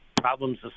problems